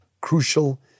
crucial